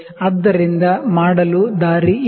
ಆದ್ದರಿಂದ ಮಾಡಲು ದಾರಿ ಏನು